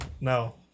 no